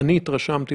התרשמתי